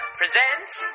presents